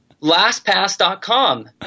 LastPass.com